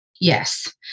Yes